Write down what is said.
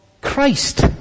Christ